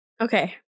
Okay